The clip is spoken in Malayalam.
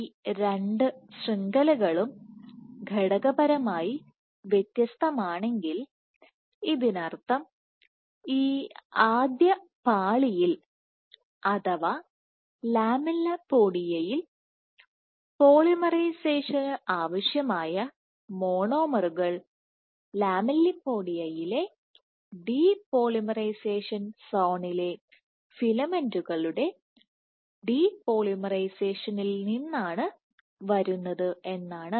ഈ രണ്ട് ശൃംഖലകളും ഘടകപരമായി വ്യത്യസ്തമാണെങ്കിൽ ഇതിനർത്ഥം ഈ ആദ്യ പാളിയിൽ അഥവാ ലാമെല്ലിപോഡിയയിൽ പോളിമറൈസേഷന് ആവശ്യമായ മോണോമറുകൾ ലാമെല്ലിപോഡിയയിലെ ഡിപോളിമറൈസേഷൻ സോണിലെ ഫിലമെന്റുകളുടെ ഡിപോളിമറൈസേഷനിൽ നിന്നാണ് വരുന്നതെന്നാണ്